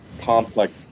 complex